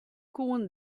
koenen